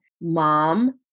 mom